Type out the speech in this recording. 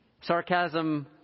Sarcasm